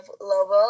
Lobo